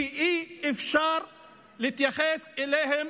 כי אי-אפשר להתייחס אליהם